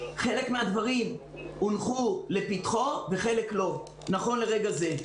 חלק מהדברים הונחו לפתחו וחלק לא, נכון לרגע זה.